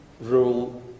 rule